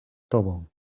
tobą